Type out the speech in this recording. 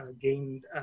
gained